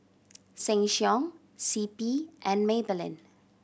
Sheng Siong C P and Maybelline